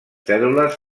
cèl·lules